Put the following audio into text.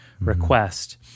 request